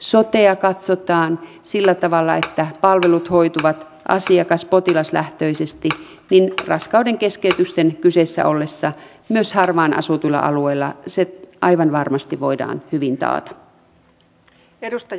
sotea katsotaan sillä tavalla että palvelut hoituvat asiakas potilaslähtöisesti niin että raskaudenkeskeytysten kyseessä ollessa myös harvaan asutuilla alueilla se aivan varmasti voidaan hyvin taata